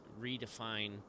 redefine